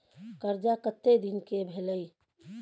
कर्जा कत्ते दिन के भेलै?